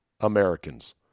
Americans